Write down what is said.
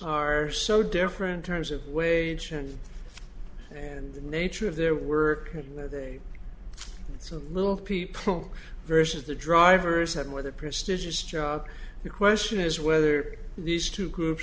are so different terms of wage and and the nature of their work that they so little people versus the drivers had with a prestigious job the question is whether these two groups